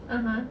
(uh huh)